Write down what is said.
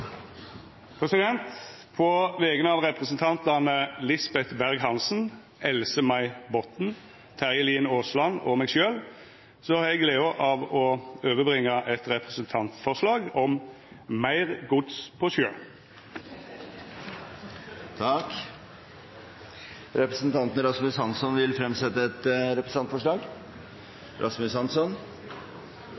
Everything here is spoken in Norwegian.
representantforslag. På vegner av representantane Lisbeth Berg-Hansen, Else-May Botten, Terje Aasland og meg sjølv har eg gleda av å overrekkja eit representantforslag om meir gods på sjø. Representanten Rasmus Hansson vil fremsette et representantforslag.